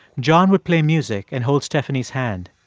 john would play music and hold stephanie's hand.